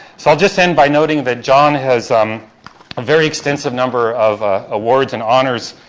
so i'll just end by noting that john has um a very extensive number of awards and honors.